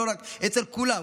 אצל כולם.